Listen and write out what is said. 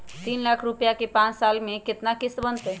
तीन लाख रुपया के पाँच साल के केतना किस्त बनतै?